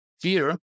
fear